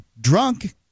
drunk